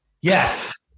yes